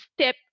step